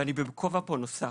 ואני פה בכובע נוסף,